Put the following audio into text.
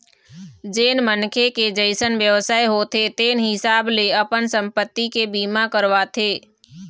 जेन मनखे के जइसन बेवसाय होथे तेन हिसाब ले अपन संपत्ति के बीमा करवाथे